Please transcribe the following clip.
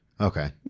Okay